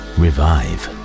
revive